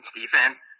defense